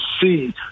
see